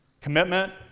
Commitment